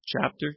chapter